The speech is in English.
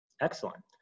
Excellent